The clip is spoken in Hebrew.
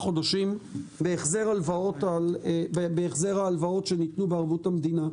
חודשים בהחזר ההלוואות שניתנו בערבות המדינה,